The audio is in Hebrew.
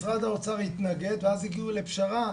משרד האוצר התנגד ואז הגיעו לפשרה.